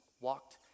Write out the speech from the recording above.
walked